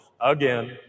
again